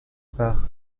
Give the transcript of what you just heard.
par